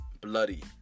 bloody